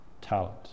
talent